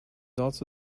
also